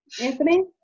Anthony